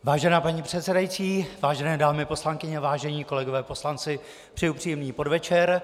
Vážená paní předsedající, vážené dámy poslankyně, vážení kolegové poslanci, přeji příjemný podvečer.